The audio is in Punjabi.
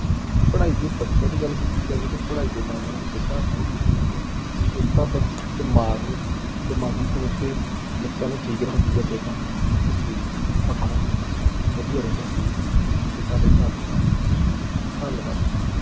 ਕਿਉਂਕਿ ਪੜ੍ਹਾਈ ਜੇ ਬੱਚਿਆਂ ਦੀ ਗੱਲ ਕੀਤੀ ਜਾਵੇ ਤਾਂ ਪੜ੍ਹਾਈ ਦੇ ਨਾਲ ਨਾਲ ਖੇਡਾਂ ਬਹੁਤ ਜਰੂਰੀ ਆ ਇੱਕ ਤਾਂ ਬੰ ਦਿਮਾਗ ਦਿਮਾਗੀ ਤੌਰ 'ਤੇ ਬੱਚਿਆਂ ਨੂੰ ਠੀਕ ਰੱਖਦੀ ਹੈ ਖੇਡਾਂ ਇੱਕ ਸਰੀਰਿਕ ਪੱਖੋਂ ਵਧੀਆ ਰਹਿੰਦਾ ਸਰੀਰ ਖੇਡਾਂ ਦੇ ਹਿਸਾਬ ਦੇ ਨਾਲ ਧੰਨਵਾਦ ਜੀ